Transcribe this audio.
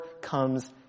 comes